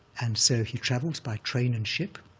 and so he travels by train and ship.